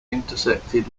intersected